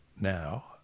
now